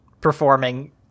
performing